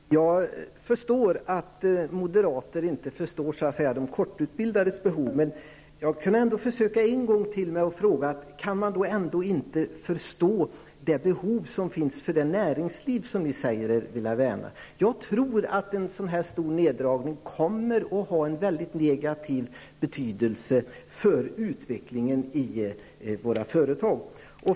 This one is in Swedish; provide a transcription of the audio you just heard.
Herr talman! Jag inser att moderater inte förstår de kortutbildades behov, men jag kan ändå försöka en gång till med en fråga: Kan ni ändå inte förstå det behov som föreligger från det näringsliv som ni säger er vilja värna? Jag tror att en sådan här neddragning kommer att ha en mycket negativ betydelse för utvecklingen vid våra företag.